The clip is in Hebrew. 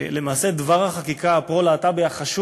למעשה דבר החקיקה הפרו-להט"בי החשוב